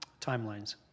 timelines